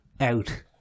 out